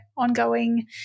ongoing